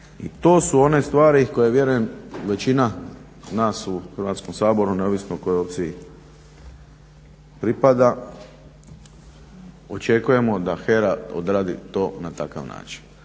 I to su one stvari koje vjerujem većina nas u Hrvatskom saboru, neovisno kojoj opciji pripada očekujemo da HERA odradi to na takav način.